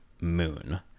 Moon